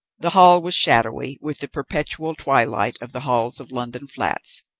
the hall was shadowy, with the perpetual twilight of the halls of london flats,